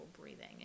breathing